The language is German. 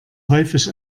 häufig